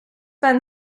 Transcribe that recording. been